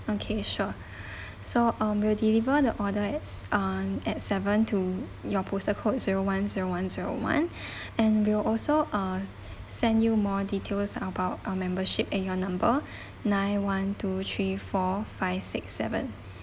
okay sure so um we will deliver the order at uh at seven to your postal code zero one zero one zero one and we will also uh send you more details about our membership at your number nine one two three four five six seven